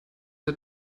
der